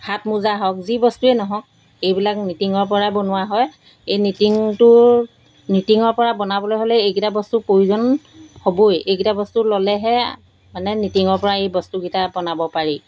হাত মোজা হওক যি বস্তুৱেই নহওক এইবিলাক নিটিঙৰ পৰাই বনোৱা হয় এই নিটিংটোৰ নিটিঙৰ পৰা বনাবলৈ হ'লে এইকেইটা বস্তুৰ প্ৰয়োজন হ'বই এইকেইটা বস্তু ল'লেহে মানে নিটিঙৰ পৰা এই বস্তুকেইটা বনাব পাৰি